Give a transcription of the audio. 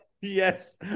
Yes